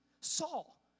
Saul